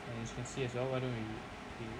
and as you can see as well why don't you you